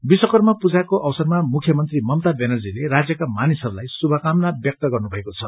विश्वकर्म पूजाको अवसरमा मुख्यमन्त्री ममता ब्यानर्जीले राज्यका मानिसहरूलाई शुभकामना ब्यक्त गर्नु भएको छ